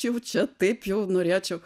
jau čia taip jau norėčiau